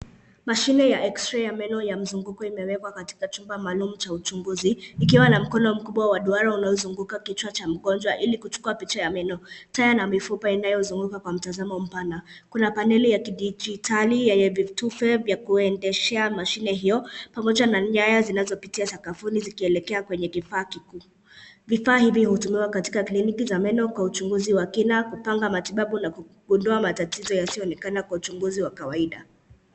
Mashine ya X-RAY ya meno ya mzunguko imewekwa katika chumba maalum cha uchunguzi ikiwa na mkono mkubwa wa duara unaozunguka kichwa cha mgonjwa ili kuchukua picha ya meno. Taya na mifupa ya meno inayozunguka wa mtazamo mpana, kuna paneli ya kidijitali yenye vitufe vya kuendeshea mashine hiyo pamoja na nyaya zinazopitia sakafuni zikielekea kwenye kifaa kikuu. Vifaa hivi hutumiwa katika kliniki za meno kwa uchunguzi wa kina, kupanga matibabu na kugundua matatizo yasionekana kwa uchunguzi wa kawaida.